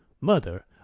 mother